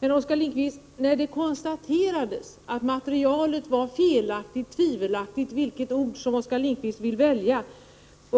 Men, Oskar Lindkvist, när det konstaterades att materialet var felaktigt eller tvivelaktigt — vilket ord Oskar Lindkvist nu vill välja —